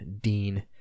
Dean